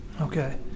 Okay